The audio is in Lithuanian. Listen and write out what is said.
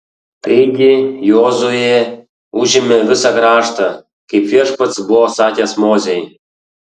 taigi jozuė užėmė visą kraštą kaip viešpats buvo sakęs mozei